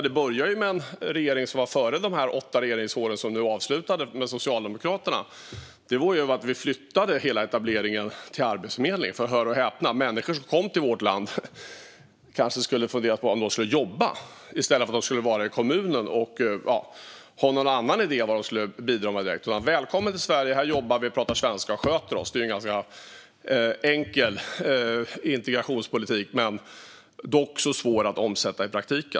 Det började ju med den regering som vi hade före åtta år med Socialdemokraterna som nu är avslutade. Vi flyttade hela etableringen till Arbetsförmedlingen. För hör och häpna: Man kanske skulle ha funderat på om människor som kom till vårt land skulle jobba i stället för att vara i kommunen eller haft någon annan idé om vad de skulle bidra med direkt. "Välkommen till Sverige! Här jobbar vi, pratar svenska och sköter oss." Det är ju en ganska enkel integrationspolitik, men dock svår att omsätta i praktiken.